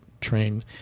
train